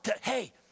hey